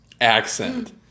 accent